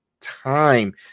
time